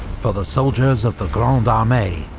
for the soldiers of the grande armee,